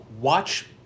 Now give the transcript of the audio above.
watch